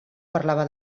parlava